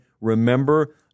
Remember